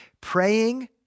Praying